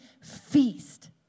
feast